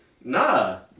Nah